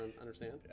understand